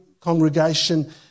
congregation